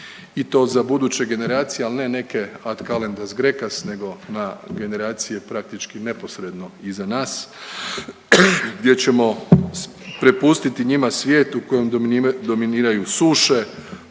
i to za buduće generacije, ali ne neke ad kalendas graecas nego na generacije praktički neposredno iza nas gdje ćemo prepustiti njima svijetu kojim dominiraju suše,